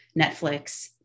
Netflix